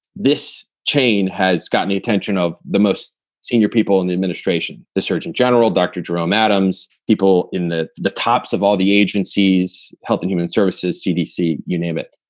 this chain has gotten the attention of the most senior people in the administration. the surgeon general, dr. jerome adams, people in the the tops of all the agencies, health, and human services, cdc, you name it.